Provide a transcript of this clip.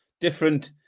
different